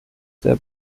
der